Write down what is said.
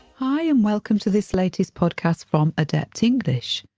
hi and welcome to this latest podcast from adept english.